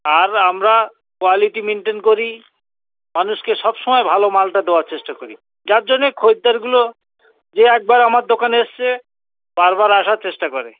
আর আমরা quality maintain করি মানুষকে সবসময় ভালো মালটা দেওয়ার চেষ্টা করি যার জন্যে খরিদ্দারগুলো যে একবার আমার দোকানে এসেছে বারবার আসার চেষ্টা করে